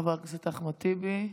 חבר הכנסת אחמד טיבי.